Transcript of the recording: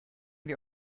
wir